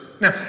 Now